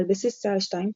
על בסיס צה"ל 2,